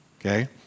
Okay